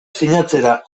sinatzera